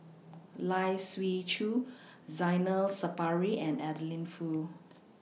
Lai Siu Chiu Zainal Sapari and Adeline Foo